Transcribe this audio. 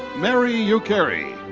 mary ukiri.